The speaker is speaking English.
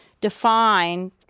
define